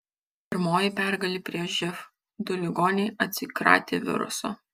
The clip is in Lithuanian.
pirmoji pergalė prieš živ du ligoniai atsikratė viruso